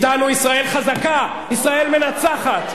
אתנו ישראל חזקה, ישראל מנצחת.